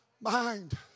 mind